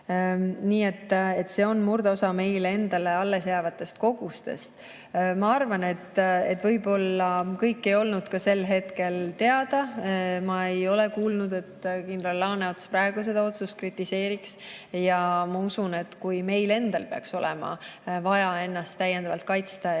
[Anname ära] murdosa meile endale alles jäävatest kogustest. Ma arvan, et võib-olla kõik ei olnud ka sel [kritiseerimise] hetkel teada. Ma ei ole kuulnud, et kindral Laaneots praegu seda otsust kritiseeriks. Ja ma usun, et kui meil endal peaks olema vaja ennast täiendavalt kaitsta ja